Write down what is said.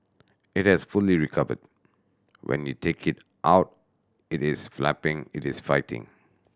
it has fully recovered when you take it out it is flapping it is fighting